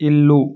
ఇల్లు